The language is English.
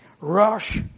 rush